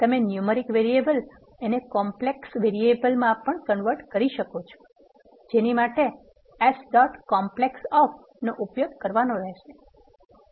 તમે numeric variable ને complex વેરિએઅલ મા પણ કન્વર્ટ કરી શકો છે જેની માટે એસ ડોટ કોમ્પલેસ્ક ઓફ નો ઉપયોગ કરવાનો રહેશે